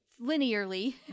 linearly